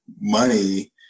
money